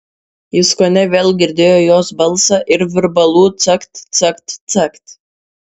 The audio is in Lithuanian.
jis kone vėl girdėjo jos balsą ir virbalų cakt cakt cakt